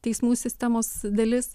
teismų sistemos dalis